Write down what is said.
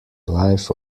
life